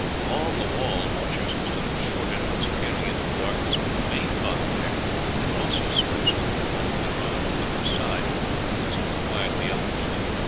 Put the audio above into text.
along the wall watchers stood at short intervals peering into the darkness, but the main body there were also stretched on the wall their arms by their side until required to be up and doing.